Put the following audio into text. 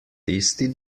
tisti